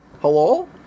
Hello